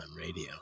radio